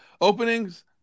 openings